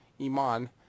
Iman